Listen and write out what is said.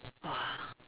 !wah!